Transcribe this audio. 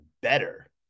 better